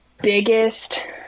biggest